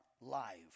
live